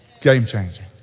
Game-changing